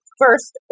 first